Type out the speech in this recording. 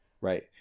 Right